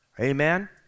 Amen